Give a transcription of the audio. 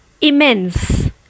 immense